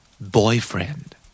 Boyfriend